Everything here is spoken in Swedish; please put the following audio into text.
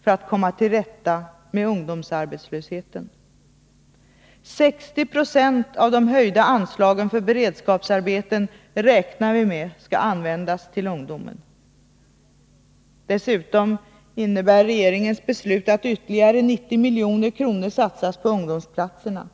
för att komma till rätta med ungdomsarbetslösheten. 60 96 av de höjda anslagen för beredskapsarbeten räknar vi med skall användas till ungdomen. Dessutom innebär regeringens beslut att ytterligare 90 milj.kr. satsas på ungdomsplatserna.